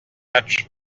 match